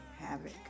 havoc